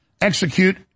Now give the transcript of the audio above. execute